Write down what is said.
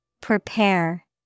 Prepare